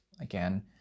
Again